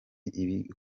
ibi